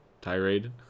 tirade